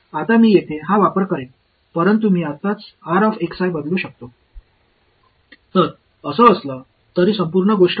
எனவே அதன் மதிப்பு எதற்கு சமமாக இருக்கும் என்பதைப் பற்றி நான் என்ன சொல்ல முடியும்